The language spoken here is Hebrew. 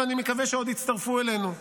ואני מקווה שעוד יצטרפו אלינו.